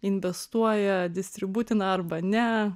investuoja distributina arba ne